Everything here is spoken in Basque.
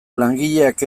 langileak